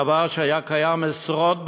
דבר שהיה קיים עשרות בשנים.